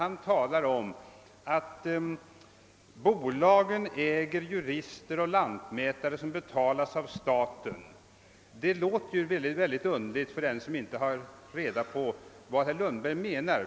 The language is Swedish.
Han sade att bolagen äger jurister och lantmätare som betalas av staten. Det låter väldigl underligt för dem som inte har reda på vad herr Lundberg menar.